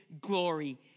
glory